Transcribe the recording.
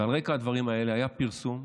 ועל רקע הדברים האלה היה פרסום.